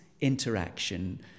interaction